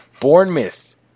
Bournemouth